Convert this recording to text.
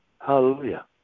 hallelujah